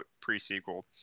pre-sequel